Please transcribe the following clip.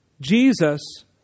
Jesus